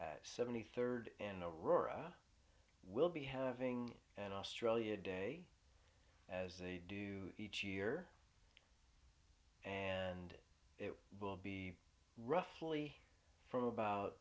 pub seventy third in a rural area we'll be having an australia day as they do each year and it will be roughly from about